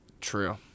True